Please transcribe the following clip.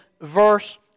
verse